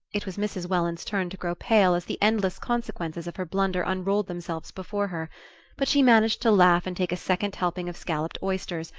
it was mrs. welland's turn to grow pale as the endless consequences of her blunder unrolled themselves before her but she managed to laugh, and take a second helping of scalloped oysters,